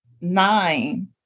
nine